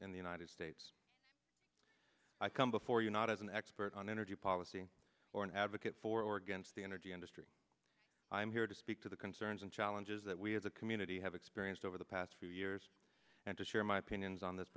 in the united states i come before you not as an expert on energy policy or an advocate for or against the energy industry i am here to speak to the concerns and challenges that we as a community have experienced over the past few years and to share my opinions on this